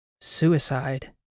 Suicide